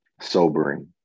Sobering